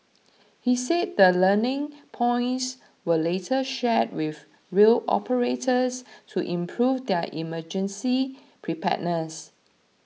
he said the learning points were later shared with rail operators to improve their emergency preparedness